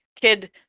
kid